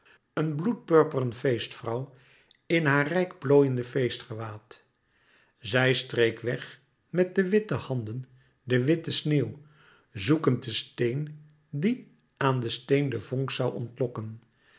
een bloedpurperen feestvrouw in haar rijk plooiende feestgewaad zij streek weg met de witte handen de witte sneeuw zoekend den steen die aan het steen de vonk zoû ontlokken